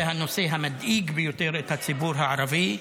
זה הנושא המדאיג ביותר את הציבור הערבי.